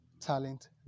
talent